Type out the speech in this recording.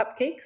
cupcakes